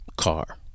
car